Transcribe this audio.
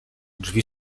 drzwi